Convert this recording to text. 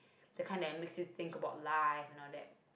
the kind that makes you think about life and all that